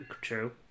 True